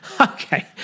okay